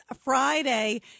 Friday